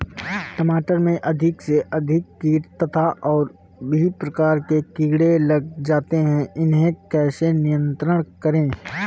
टमाटर में अधिक से अधिक कीट तथा और भी प्रकार के कीड़े लग जाते हैं इन्हें कैसे नियंत्रण करें?